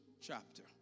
chapter